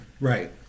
Right